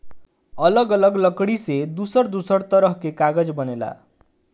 अलग अलग लकड़ी से दूसर दूसर तरह के कागज बनेला